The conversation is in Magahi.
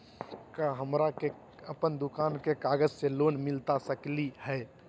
का हमरा के अपन दुकान के कागज से लोन मिलता सकली हई?